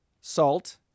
salt